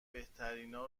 بهترینا